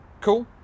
Cool